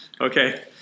Okay